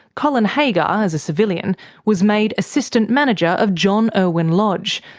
colin haggar as a civilian was made assistant manager of john irwin lodge,